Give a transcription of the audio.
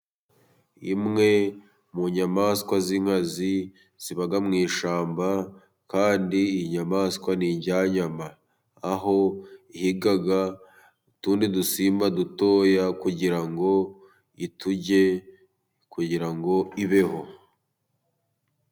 Imwe mu nyamaswa z'inkazi ziba mu ishyamba， kandi iyi nyamaswa ni indyanyanyama. Aho ihiga utundi dusimba dutoya， kugira ngo iturye， kugira ngo ibeho.